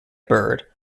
byrd